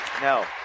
No